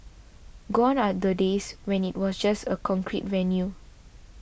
gone are the days when it was just a concrete venue